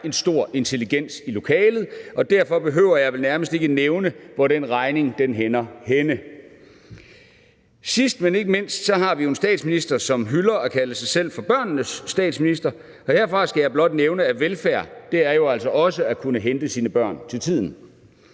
en stor intelligens i lokalet, og derfor behøver jeg vel nærmest ikke at nævne, hvor den regning ender henne. Sidst, men ikke mindst, har vi jo en statsminister, som ynder at kalde sig selv for børnenes statsminister, og herfra skal jeg blot nævne, at velfærd jo altså også er at kunne hente sine børn til tiden.